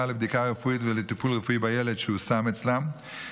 לבדיקה רפואית ולטיפול רפואי בילד שהושם אצלם,